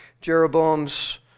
Jeroboam's